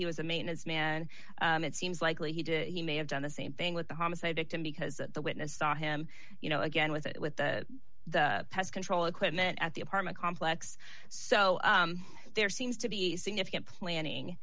he was a maintenance man it seems likely he did he may have done the same thing with the homicide victim because at the witness saw him you know again with it with the pest control equipment at the apartment complex so there seems to be significant planning